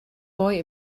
boy